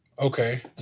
Okay